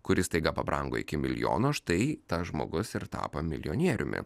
kuris staiga pabrango iki milijono štai tas žmogus ir tapo milijonieriumi